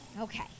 Okay